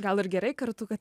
gal ir gerai kartu kad